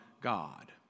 God